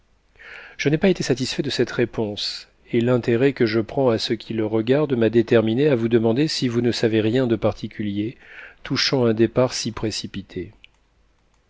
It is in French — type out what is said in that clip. je n'ai pas été satisfait de cette réponse et l'intérêt que je prends à ce qui le regarde m'a déterminé à vous demander si vous ne savez rien de particulier touchant un départ si précipité